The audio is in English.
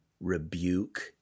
rebuke